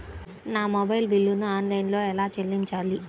నా మొబైల్ బిల్లును ఆన్లైన్లో ఎలా చెల్లించాలి?